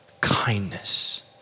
Kindness